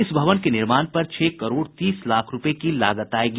इस भवन के निर्माण पर छह करोड़ तीस लाख रूपये की लागत आयेगी